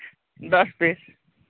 दस पीस